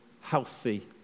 healthy